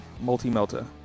multi-melter